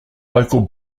local